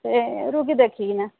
ସେ ରୋଗି ଦେଖିକି ନା